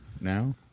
now